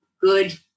good